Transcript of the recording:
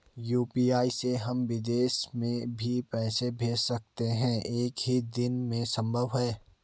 UPI से हम विदेश में भी पैसे भेज सकते हैं एक ही दिन में संभव है?